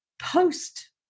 post